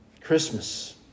Christmas